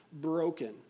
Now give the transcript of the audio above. broken